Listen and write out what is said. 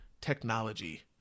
technology